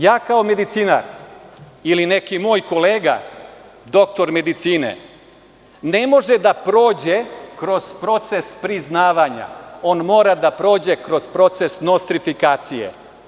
Ja kao medicinar, ili neki moj kolega, doktor medicine, ne može da prođe kroz proces priznavanja, on mora da prođe kroz proces nostrifikacije.